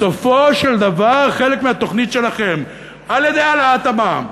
בסופו של דבר חלק מהתוכנית שלכם על-ידי העלאת המע"מ,